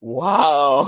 wow